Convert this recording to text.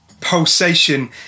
pulsation